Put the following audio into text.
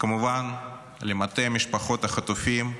וכמובן למטה משפחות החטופים,